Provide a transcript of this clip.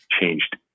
changed